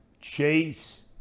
Chase